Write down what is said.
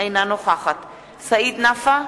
אינה נוכחת סעיד נפאע,